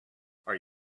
are